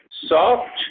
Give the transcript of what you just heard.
soft